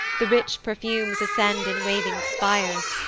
the rich perfumes ascend in waving spires,